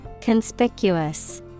conspicuous